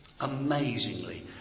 amazingly